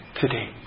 today